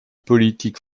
politique